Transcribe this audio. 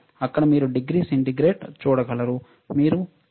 ఇక్కడ మీరు degree centigrade చూడగలరు మీరు ఇక్కడ డిగ్రీ సెంటీగ్రేడ్ చూస్తారు